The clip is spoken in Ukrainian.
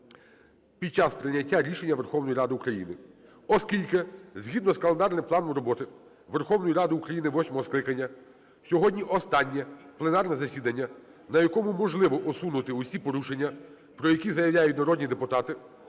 під час прийняття рішення Верховної Ради України. Оскільки згідно з календарним планом роботи Верховної Ради України восьмого скликання сьогодні останнє пленарне засідання, на якому можливо усунути всі порушення, про які заявляють народні депутати,